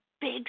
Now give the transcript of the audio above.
big